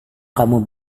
kamu